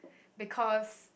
because